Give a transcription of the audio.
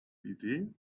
idee